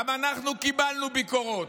גם אנחנו קיבלנו ביקורות: